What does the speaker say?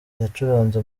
yacuranze